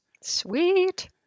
sweet